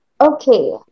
Okay